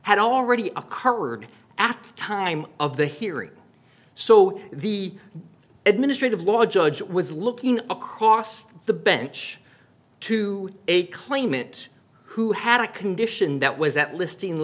had already occurred at the time of the hearing so the administrative law judge was looking across the bench to a claimant who had a condition that was that listing